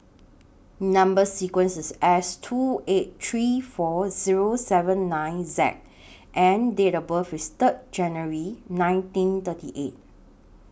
Number sequence IS S two eight three four Zero seven nine Z and Date of birth IS Third January nineteen thirty eight